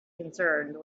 concerned